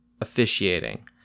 officiating